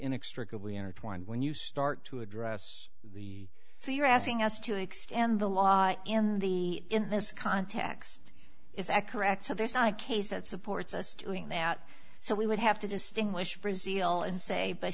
kobliner twined when you start to address the so you're asking us to extend the law in the in this context is that correct so there's not a case that supports us doing that so we would have to distinguish brasil and say but